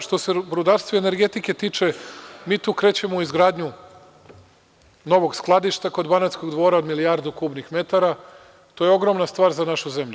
Što se rudarstva i energetike tiče, mi tu krećemo u izgradnju novog skladišta kod Banatskog Dvora od milijardu kubnih metara, to je ogromna stvar za našu zemlju.